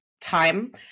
time